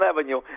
Avenue